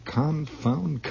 confound